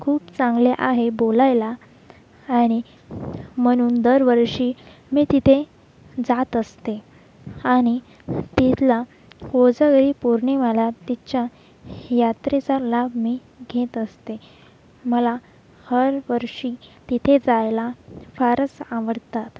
खूप चांगले आहे बोलायला आणि म्हणून दरवर्षी मी तिथे जात असते आणि तिथला कोजगरी पोर्णिमाला तिथच्या यात्रेचा लाभ मी घेत असते मला हर वर्षी तिथे जायला फारच आवडतात